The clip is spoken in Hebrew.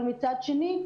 מצד שני,